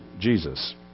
Jesus